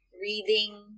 reading